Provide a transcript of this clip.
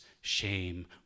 shame